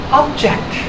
object